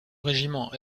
régiment